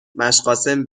مشقاسم